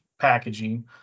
packaging